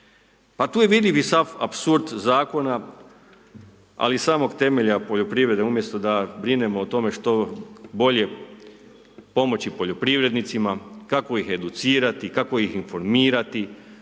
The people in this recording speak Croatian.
Pa tu je vidljivi sav apsurd zakona ali i samog temelja poljoprivrede, umjesto da brinemo o tome što bolje pomoći poljoprivrednicima, kako ih educirati, kako ih informirati,